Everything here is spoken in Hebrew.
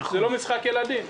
זה לא משחק ילדים.